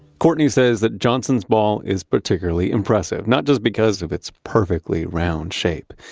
courtney says that johnson's ball is particularly impressive, not just because of its perfectly round shape,